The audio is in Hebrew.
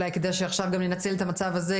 אולי כדי שעכשיו גם ינצל את המצב הזה,